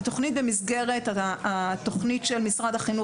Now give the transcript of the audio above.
זו תוכנית במסגרת התוכנית של משרד החינוך